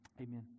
Amen